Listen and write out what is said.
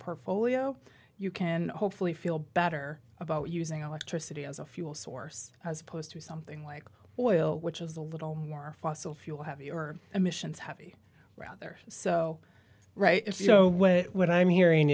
portfolio you can hopefully feel better about using electricity as a fuel source as opposed to something like oil which is a little more fossil fuel have your emissions happy rather so right so what i'm hearing